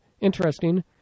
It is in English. interesting